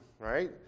right